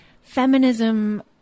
feminism